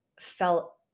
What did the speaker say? felt